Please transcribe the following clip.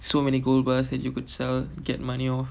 so many gold bars that you could sell get money of